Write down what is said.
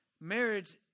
marriage